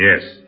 Yes